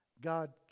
God